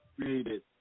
created